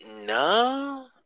No